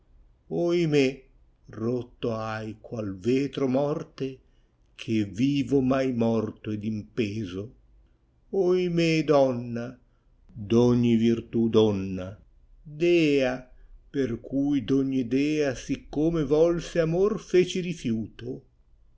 oimè rotto hai qual vetro morte che vivo m hai morto ed impeso oimè donna d ogni virtù donna dea per cui d ogni dea siccome volse amor feci rifiuto